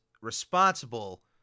responsible